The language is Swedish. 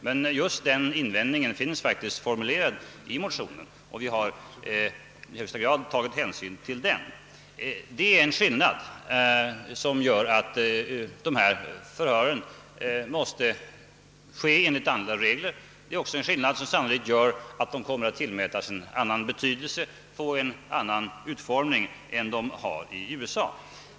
Men just den invändningen finns faktiskt formulerad i motionen, och vi har ock så tagit hänsyn till den. Denna skillnad gör att vi måste ha andra regler för sådana här förhör, och vi måste sannolikt tillmäta utskottsförhören en annan betydelse och ge dem en annan utformning än den de har i USA.